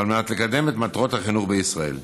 ועל מנת לקדם את מטרות החינוך בישראל.